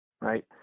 right